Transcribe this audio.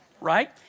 Right